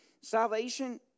Salvation